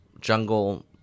jungle